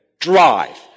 drive